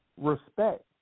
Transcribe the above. respect